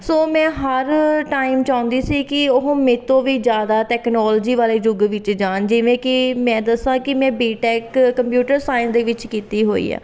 ਸੋ ਮੈਂ ਹਰ ਟਾਈਮ ਚਾਹੁੰਦੀ ਸੀ ਕਿ ਉਹ ਮੇਤੋਂ ਵੀ ਜ਼ਿਆਦਾ ਟੈਕਨੋਲੋਜੀ ਵਾਲੇ ਯੁੱਗ ਵਿੱਚ ਜਾਣ ਜਿਵੇਂ ਕਿ ਮੈਂ ਦੱਸਾਂ ਕਿ ਮੈਂ ਬੀ ਟੈੱਕ ਕੰਪਿਊਟਰ ਸਾਇੰਸ ਦੇ ਵਿੱਚ ਕੀਤੀ ਹੋਈ ਆ